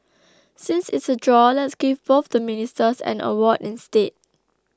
since it's a draw let's give both the Ministers an award instead